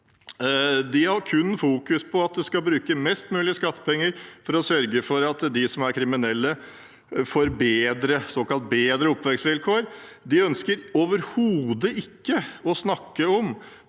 de kun på at man skal bruke mest mulig skattepenger for å sørge for at de som er kriminelle, får såkalt bedre oppvekstvilkår. De ønsker overhodet ikke å snakke om